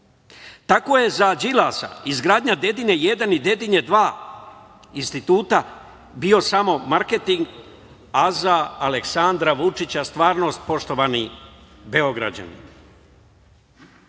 je za Đilasa izgradnja „Dedinje 1“ i „Dedinje 2“ Instituta bio samo marketing, a za Aleksandra Vučića stvarnost poštovani Beograđani. Poštovani